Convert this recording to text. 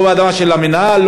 לא אדמה של המינהל,